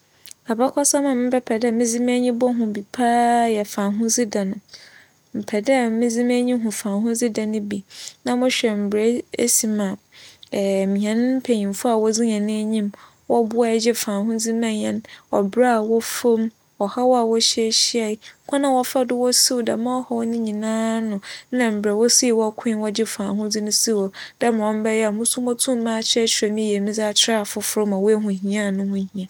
Abakͻsɛm a mebɛpɛ dɛ medze m'enyi bohu bi paa yɛ fahodzi da no. Mepɛ dɛ medze m'enyi hu fahodzi da no bi na mohwɛ mbrɛ esi ma hɛn mpanyimfo a wodzi hɛn enyim boae gyee fahodzi maa hɛn, ͻberɛ a wͻfa mu, ͻhaw a wohyiahyia, kwan a wͻfaa do siw dɛm ͻhaw yi nyinara ano, nna mbrɛ wosii koe gye fahodzi no si hͻ dɛ mbrɛ ͻbɛyɛ a moso motum m'akyerɛkyerɛ mu yie akyerɛ afofor ma woehu hia no ho hia.